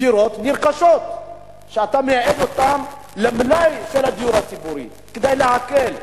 דירות נרכשות שאתה מייעד אותן למלאי של הדיור הציבורי כדי להקל.